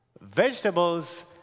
Vegetables